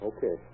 Okay